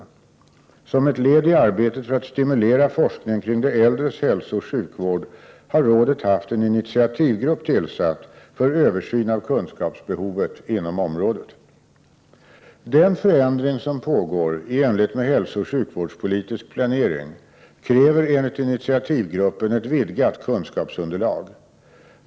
Som ett led i arbetet att stimulera forskning kring de äldres hälsooch sjukvård har rådet haft en initiativgrupp tillsatt för översyn av kunskapsbehovet inom området. Den förändring som pågår i enlighet med hälsooch sjukvårdspolitisk planering kräver enligt initiativgruppen ett vidgat kunskapsunderlag.